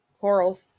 Coral's